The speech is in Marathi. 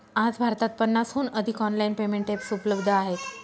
आज भारतात पन्नासहून अधिक ऑनलाइन पेमेंट एप्स उपलब्ध आहेत